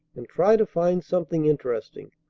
and try to find something interesting.